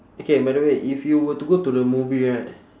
okay by the way if you were to go to the movie right